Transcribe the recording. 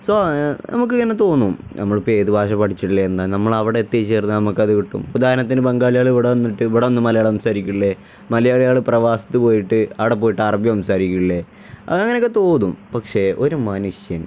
so നമുക്കിങ്ങനെ തോന്നും നമ്മളിപ്പോള് ഏതു ഭാഷ പഠിച്ചിട്ടില്ലെങ്കിലെന്താണ് നമ്മളവിടെ എത്തിച്ചേർന്നാല് നമുക്കതു കിട്ടും ഉദാഹരണത്തിന് ബംഗാളികള് ഇവിടെ വന്നിട്ട് ഇവിടെനിന്നു മലയാളം സംസാരിക്കില്ലേ മലയാളികള് പ്രവാസത്തു പോയിട്ട് അവിടെ പോയിട്ട് അറബി സംസാരിക്കില്ലേ അത് അങ്ങനെയൊക്കെ തോന്നും പക്ഷെ ഒരു മനുഷ്യന്